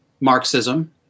Marxism